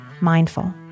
Mindful